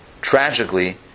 tragically